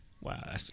Wow